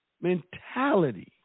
mentality